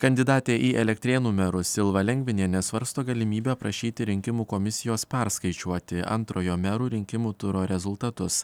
kandidatė į elektrėnų merus silva lengvinienė svarsto galimybę prašyti rinkimų komisijos perskaičiuoti antrojo merų rinkimų turo rezultatus